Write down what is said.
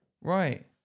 Right